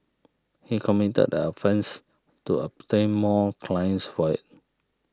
he committed the offences to obtain more clients for it